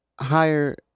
higher